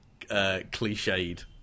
cliched